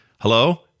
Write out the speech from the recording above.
hello